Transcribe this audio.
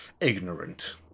ignorant